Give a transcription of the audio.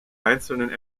einzelnen